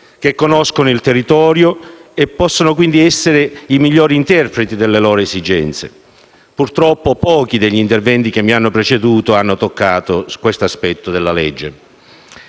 che conoscono il territorio e che possono quindi essere i migliori interpreti delle loro esigenze. Purtroppo, pochi degli interventi che mi hanno preceduto hanno toccato questo aspetto della legge.